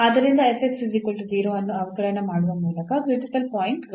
ಆದ್ದರಿಂದ ಅನ್ನು ಅವಕಲನ ಮಾಡುವ ಮೂಲಕ ಕ್ರಿಟಿಕಲ್ ಪಾಯಿಂಟ್ ಗಳು